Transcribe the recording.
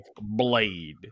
Blade